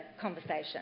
conversation